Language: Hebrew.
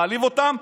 מעליב אותם,